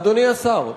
אדוני השר,